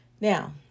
Now